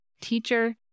teacher